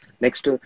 Next